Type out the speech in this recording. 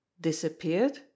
disappeared